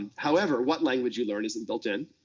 however, what language you learn isnit built in.